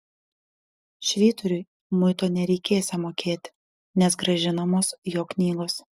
švyturiui muito nereikėsią mokėti nes grąžinamos jo knygos